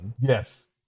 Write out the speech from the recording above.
yes